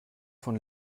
von